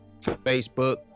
Facebook